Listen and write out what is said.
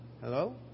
Hello